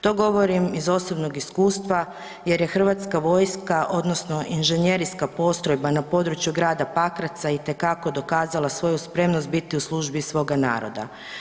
To govorim iz osobnog iskustva jer je Hrvatska vojska odnosno inženjeriska postrojba na području grada Pakraca itekako dokazala svoju spremnost biti u službi svoga naroda.